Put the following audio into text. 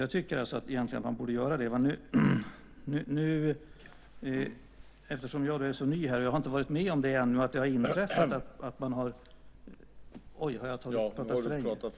Jag tycker alltså att man egentligen borde göra det redan nu. Jag yrkar bifall till motion So431. Dessutom delar jag synpunkterna i flera av reservationerna, så jag yrkar också bifall till reservationerna 4 och 6.